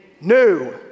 new